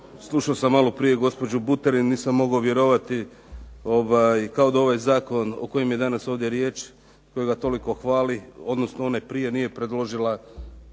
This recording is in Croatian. Slušao sam maloprije gospođu Buterin, nisam mogao vjerovati kao da ovaj zakon o kojem je danas ovdje riječ, kojega toliko hvali, odnosno onaj prije nije predložila